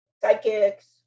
psychics